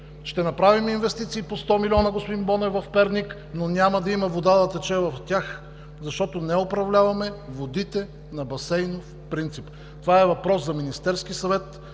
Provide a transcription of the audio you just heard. Ще направим инвестиции по 100 милиона, господин Бонев, в Перник, но няма да има вода да тече в тях, защото не управляваме водите на басейнов принцип. Това е въпрос за Министерския съвет,